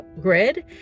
Grid